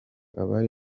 abari